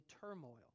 turmoil